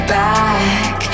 back